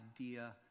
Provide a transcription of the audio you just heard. idea